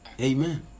Amen